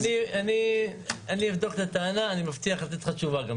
אני אבדוק את הטענה, אני גם מבטיח לתת לך תשובה.